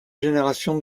génération